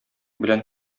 белән